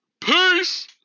peace